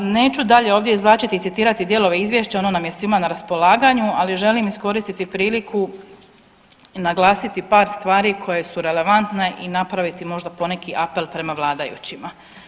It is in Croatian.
Neću dalje ovdje izvlačiti i citirati dijelove izvješća, ono nam je svima na raspolaganju, ali želim iskoristiti priliku i naglasiti par stvari koje su relevantne i napraviti možda poneki apel prema vladajućima.